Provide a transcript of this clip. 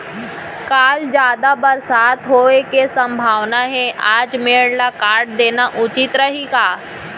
कल जादा बरसात होये के सम्भावना हे, आज मेड़ ल काट देना उचित रही का?